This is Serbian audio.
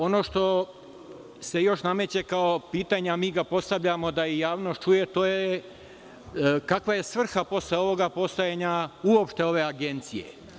Ono što se još nameće kao pitanje, a mi ga postavljamo, da i javnost čuje, to je - kakva je svrha posle ovoga postojanja uopšte ove agencije?